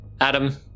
Adam